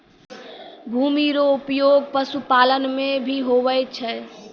भूमि रो उपयोग पशुपालन मे भी हुवै छै